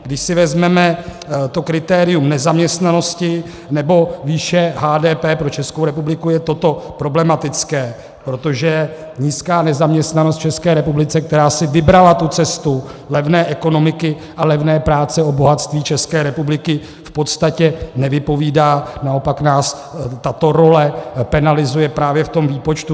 Když si vezmeme to kritérium nezaměstnanosti nebo výše HDP, pro Českou republiku je toto problematické, protože nízká nezaměstnanost v České republice, která si vybrala tu cestu levné ekonomiky a levné práce, o bohatství České republiky v podstatě nevypovídá, naopak nás tato role penalizuje právě v tom výpočtu.